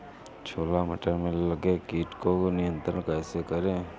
छोला मटर में लगे कीट को नियंत्रण कैसे करें?